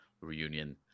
Reunion